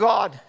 God